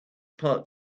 part